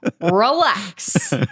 Relax